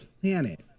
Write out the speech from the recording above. planet